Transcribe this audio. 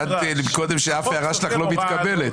טענת קודם שאף הערה שלך לא מתקבלת.